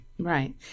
Right